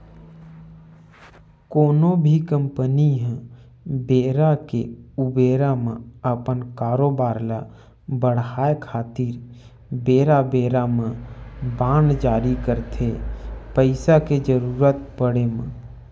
कोनो भी कंपनी ह बेरा के ऊबेरा म अपन कारोबार ल बड़हाय खातिर बेरा बेरा म बांड जारी करथे पइसा के जरुरत पड़े म